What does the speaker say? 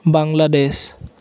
Bangladesh